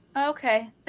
okay